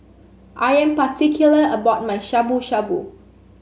I am particular about my Shabu Shabu